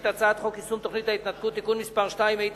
את הצעת חוק יישום תוכנית ההתנתקות (תיקון מס' 2),